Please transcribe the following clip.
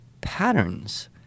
patterns